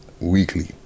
Weekly